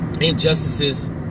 Injustices